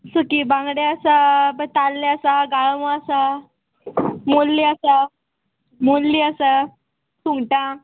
सुकी बांगडे आसा ब ताल्ले आसा गाळमो आसा मुल्ली आसा मुल्ली आसा सुंगटां